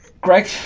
Greg